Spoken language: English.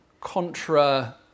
contra